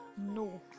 No